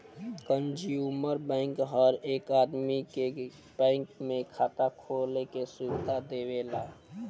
consumer bank हर एक आदमी के बैंक में खाता खोले के सुविधा देवेला